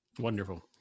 Wonderful